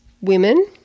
women